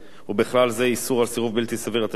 ובכלל זה איסור על סירוב בלתי סביר לתת שירות,